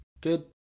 Good